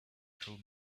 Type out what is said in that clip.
through